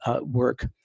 work